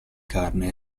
carne